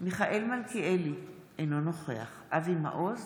מיכאל מלכיאלי, אינו נוכח אבי מעוז,